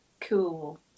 Cool